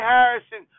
Harrison